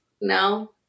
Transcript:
No